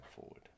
forward